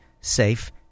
safe